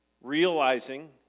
Realizing